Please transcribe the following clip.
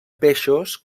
peixos